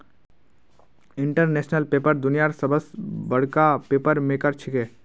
international Paper दुनियार सबस बडका पेपर मेकर छिके